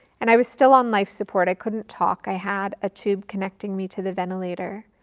and i was still on life support, i couldn't talk, i had a tube connecting me to the ventilator.